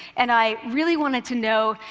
and i really wanted to know,